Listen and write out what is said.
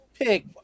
pick